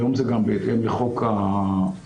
היום זה גם בהתאם לחוק הלאום.